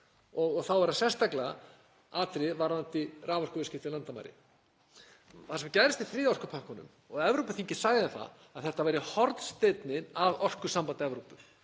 og þá eru það sérstaklega atriði varðandi raforkuviðskipti yfir landamæri. Það sem gerðist í þriðja orkupakkanum — og Evrópuþingið sagði að þetta væri hornsteinninn að orkusambandi Evrópu.